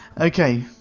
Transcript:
Okay